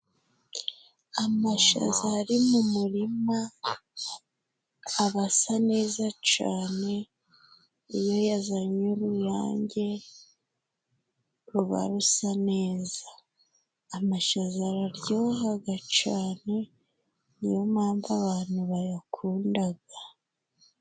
Amashaza ari mu murima arasa neza cane, iyo yazanye uruyange ruba rusa neza. Amashaza araryohaga cane ni yo mpamvu abantu bayakundaga.